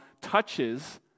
touches